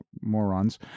morons